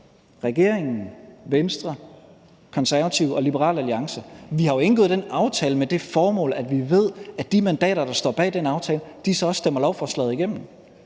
Regeringen, Venstre, Konservative og Liberal Alliance har jo indgået en aftale med det formål, at vi ved, at de mandater, der står bag den aftale, også stemmer lovforslaget igennem.